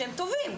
שהם טובים.